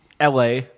LA